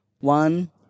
One